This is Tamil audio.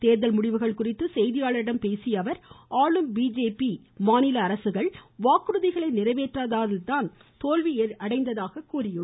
தேர்தல் முடிவுகள் குறித்து செய்தியாளர்களிடம் பேசிய அவர் ஆளும் பிஜேபி மாநில அரசுகள் வாக்குறுதிகளை நிறைவேற்றாததால்தான் தோல்வி ஏற்பட்டதாக கூறினார்